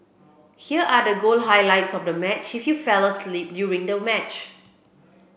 here are the goal highlights of the match if you fell asleep during the match